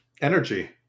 energy